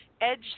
edge